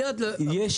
מיד -- רגע,